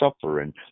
suffering